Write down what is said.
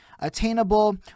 attainable